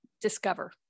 discover